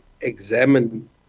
examine